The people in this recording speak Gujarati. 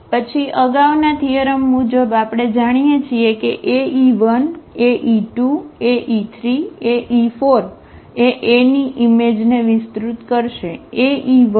પછી અગાઉના થીઅરમ મુજબ આપણે જાણીએ છીએ કે Ae1 Ae2 Ae3Ae4 એ A ની ઈમેજ ને વિસ્તૃત કરશે